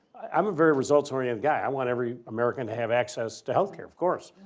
i'm a very results oriented guy. i want every american have access to health care, of course,